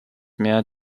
mehr